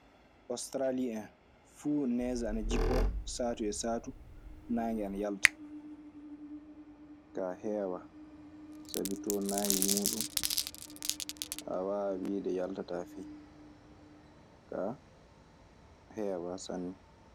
Ostrali hen fuu nege ana jipoo satu e satu nage ana yalta. Kaa heewaa, sabi too naange muuɗun, a waawaa wiide yaltataa fey. Kaa, heewaa sanne.